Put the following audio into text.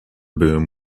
boom